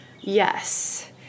Yes